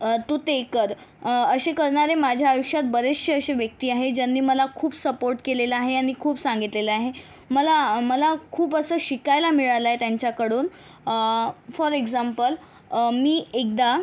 तू ते कर असे करणारे माझ्या आयुष्यात बरेचसे असे व्यक्ती आहेत ज्यांनी मला खूप सपोर्ट केलेला आहे आणि खूप सांगितलेलं आहे मला मला खूप असं शिकायला मिळालंय त्यांच्याकडून फॉर एक्झाम्पल मी एकदा